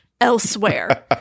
elsewhere